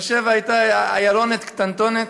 באר שבע הייתה עיירונת קטנטונת,